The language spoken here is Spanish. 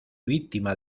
víctima